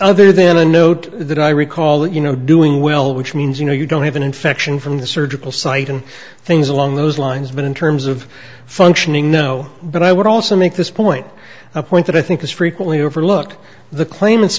other than a note that i recall you know doing well which means you know you don't have an infection from the surgical site and things along those lines but in terms of functioning no but i would also make this point a point that i think is frequently overlooked the claimant